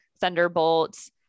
Thunderbolts